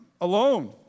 alone